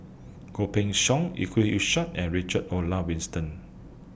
Goh Pin Seng Yusof Ishak and Richard Olaf Winston